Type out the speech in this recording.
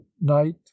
night